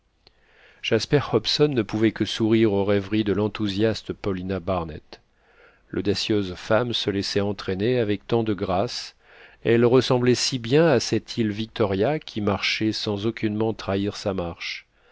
jasper hobson ne pouvait que sourire aux rêveries de l'enthousiaste paulina barnett l'audacieuse femme se laissait entraîner avec tant de grâce elle ressemblait si bien à cette île victoria qui marchait sans aucunement trahir sa marche